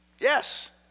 Yes